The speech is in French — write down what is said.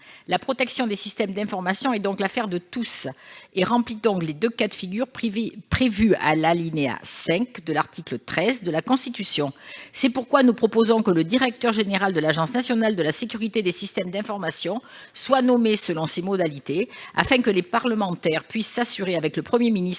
La protection des systèmes d'information est donc l'affaire de tous. Elle remplit les deux cas de figure prévus au cinquième alinéa de l'article 13 de la Constitution. C'est pourquoi nous proposons que le directeur général de l'Agence nationale de la sécurité des systèmes d'information, l'Anssi, soit nommé selon ces modalités, afin que les parlementaires puissent s'assurer, avec le Premier ministre